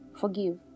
Forgive